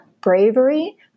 bravery